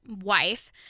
wife